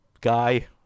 guy